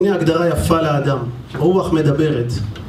בני הגדרה יפה לאדם, רוח מדברת.